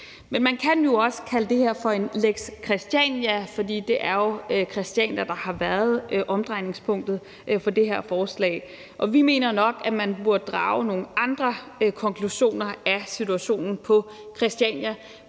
Men man kan jo også kalde det her for en lex Christiania, fordi det jo er Christiania, der har været omdrejningspunktet for det her forslag, og vi mener nok, at man burde drage nogle andre konklusioner af situationen på Christiania,